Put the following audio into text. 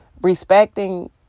respecting